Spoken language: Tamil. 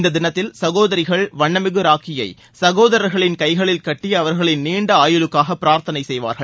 இந்த தினத்தில் சகோதரிகள் வண்ணமிகு ராக்கியை சகோதரா்களின் கைகளில் கட்டி அவா்களின் நீண்ட ஆயுளுக்காக பிராத்தனை செய்வார்கள்